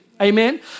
Amen